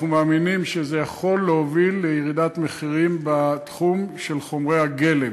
אנחנו מאמינים שזה יכול להוביל לירידת מחירים בתחום של חומרי הגלם,